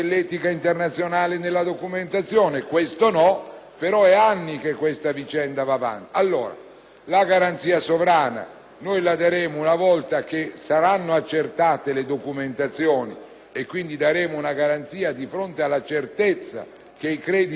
però, sono anni che questa vicenda va avanti. Allora, daremo la garanzia sovrana una volta che saranno accertate le documentazioni e quindi daremo una garanzia di fronte alla certezza che i crediti in discussione sono nel loro complesso tutti esigibili.